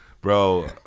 bro